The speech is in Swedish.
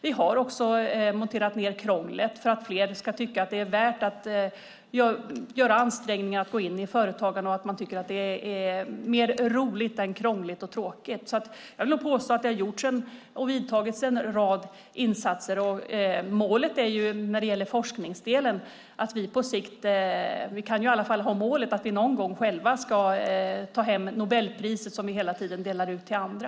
Vi har också monterat ned krånglet för att fler ska tycka att det är värt att anstränga sig att påbörja ett företagande; det ska vara mer roligt än krångligt och tråkigt. Jag vill påstå att det har vidtagits en rad åtgärder. Målet när det gäller forskningsdelen är att vi någon gång själva ska tilldelas Nobelpriset, som vi hela tiden delar ut till andra.